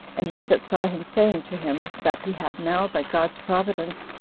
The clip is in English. and he that saw him saying to him, that he had now, by god's providence,